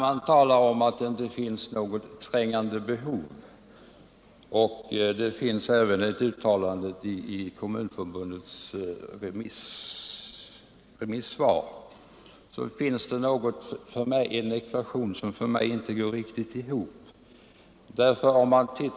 Man talar här om att det inte finns något trängande behov, och det finns även ett uttalande i den riktningen i Kommunförbundets remissvar. För mig är detta en ekvation som inte går riktigt ihop.